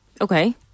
okay